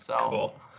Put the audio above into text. Cool